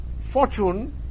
fortune